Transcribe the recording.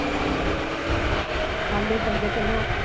आलू पंज किलो